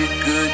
good